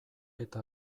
eta